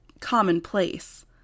commonplace